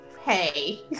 hey